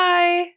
Bye